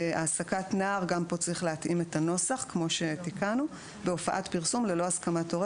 "העסקת נער בהופעת פרסום ללא הסכמת הורה